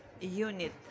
unit